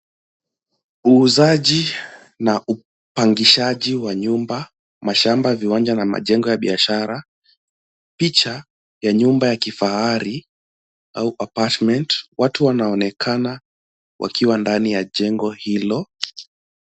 Uuzaji na upangishaji wa nyumba, mashamba, viwanja na majengo ya biashara. Picha ya nyumba ya kifahari au apartment . Watu wanaonekana wakiwa ndani ya jengo hilo.